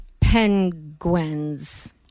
Penguins